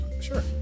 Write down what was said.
sure